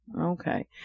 Okay